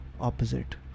opposite